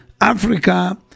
Africa